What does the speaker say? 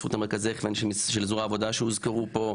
באמצעות מרכזי ההכוון של זרוע העבודה שהוזכרו פה,